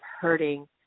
hurting